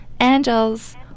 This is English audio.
Angels